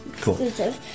Cool